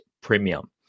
premium